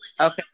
Okay